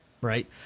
right